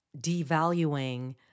devaluing